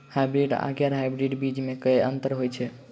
Hybrids आ गैर hybrids बीज म की अंतर होइ अछि?